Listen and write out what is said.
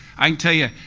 i can tell you,